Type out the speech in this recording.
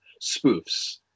spoofs